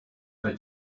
bei